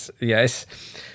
Yes